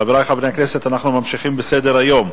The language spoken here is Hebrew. חברי חברי הכנסת, אנחנו ממשיכים בסדר-היום.